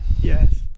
Yes